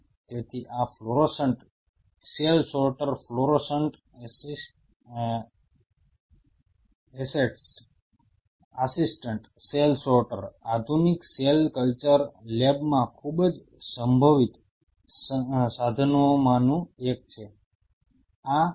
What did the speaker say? તેથી આ fluorescent cell sorter fluorescent assets assisted cell sorter આધુનિક સેલ કલ્ચર લેબ્સમાં ખૂબ જ સંભવિત સાધનોમાંનું એક છે